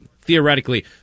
theoretically